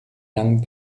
langen